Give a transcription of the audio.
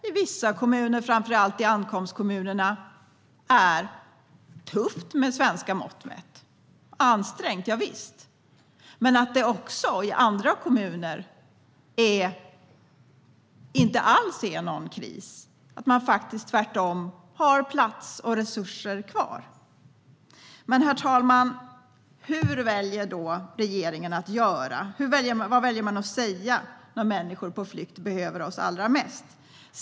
I vissa kommuner, framför allt i ankomstkommunerna, är det i svenska mått mätt tufft. Det är ansträngt, javisst, men i andra kommuner är det inte alls någon kris, utan tvärtom har man faktiskt plats och resurser kvar. Herr talman! Vad väljer regeringen då att göra och säga när människor på flykt behöver oss allra mest?